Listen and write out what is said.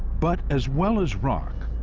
but, as well as rock,